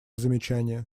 замечание